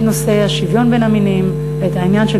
את נושא השוויון בין המינים ואת העניין של